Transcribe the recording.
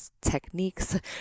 techniques